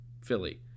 Philly